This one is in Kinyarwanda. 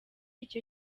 icyo